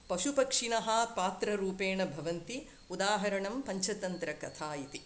पशुपक्षिणः पात्ररूपेण भवन्ति उदाहरणं पञ्चतन्त्रकथा इति